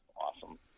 awesome